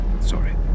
Sorry